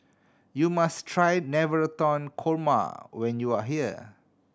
you must try Navratan Korma when you are here